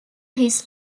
his